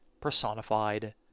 personified